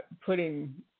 putting